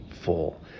full